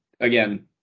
again